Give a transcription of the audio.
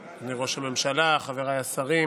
אדוני ראש הממשלה, חבריי השרים,